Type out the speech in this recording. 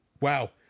Wow